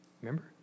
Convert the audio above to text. Remember